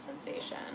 sensation